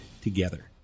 together